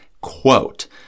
quote